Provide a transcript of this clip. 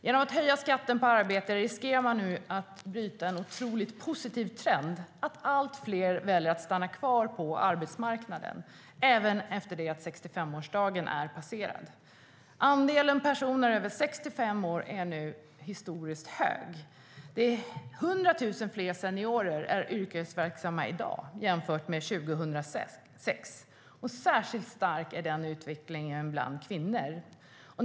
Genom att höja skatten på arbete riskerar man att bryta den positiva trenden att allt fler äldre väljer att stanna kvar på arbetsmarknaden även efter att 65-årsdagen är passerad. Andelen personer över 65 år är nu historiskt hög. 100 000 fler seniorer är yrkesverksamma i dag jämfört med 2006. Särskilt stark är denna utveckling bland kvinnor.